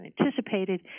anticipated